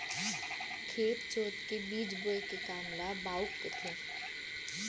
खेत जोत के बीज बोए के काम ल बाउक कथें